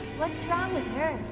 what's wrong with her?